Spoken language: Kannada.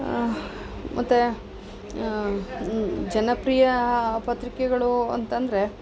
ಮತ್ತೆ ಜನಪ್ರಿಯ ಪತ್ರಿಕೆಗಳು ಅಂತಂದರೆ